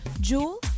Jewel